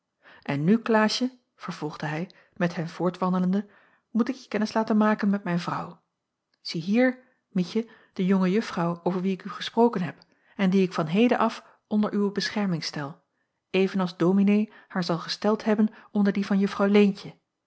en nu klaasje vervolgde hij met hen voortwandelende moet ik je kennis laten maken met mijn vrouw ziehier mietje de jonge juffrouw over wie ik u gesproken heb en die ik van heden af onder uwe bescherming stel even als dominee haar zal gesteld hebben onder die van juffrouw leentje